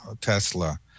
Tesla